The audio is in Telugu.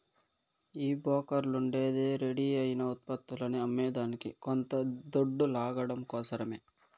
ఈ బోకర్లుండేదే రెడీ అయిన ఉత్పత్తులని అమ్మేదానికి కొంత దొడ్డు లాగడం కోసరమే